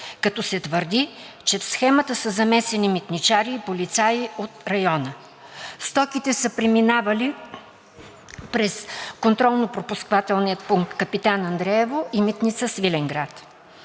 като се твърди, че в схемата са замесени митничари и полицаи от района. Стоките са преминавали през контролно-пропускателния пункт „Капитан Андреево“ и Митница – Свиленград.